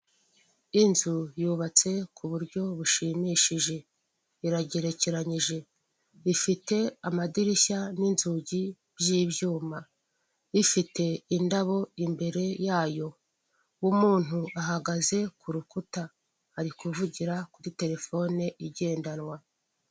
Inzu y'ubatse ku buryo bushimishije iragerekerenyije. Ifite amadirisha n'inzugi by'ibyuma, ifite indabo imbere yayo, umuntu ahagaze ku rukuta ari kuvugira kuri telefone igendanwa.